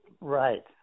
Right